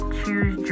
choose